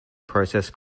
process